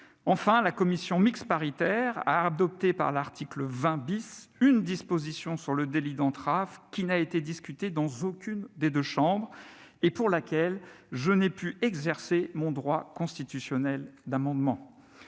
Enfin, la commission mixte paritaire a adopté, à l'article 20 AA, une disposition sur le délit d'entrave, qui n'a été discutée dans aucune des deux chambres et pour laquelle je n'ai pu exercer mon droit constitutionnel d'amendement.